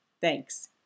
Thanks